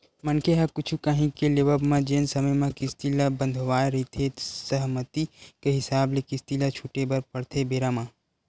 मनखे ह कुछु काही के लेवब म जेन समे म किस्ती ल बंधवाय रहिथे सहमति के हिसाब ले किस्ती ल छूटे बर परथे बेरा म